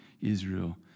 Israel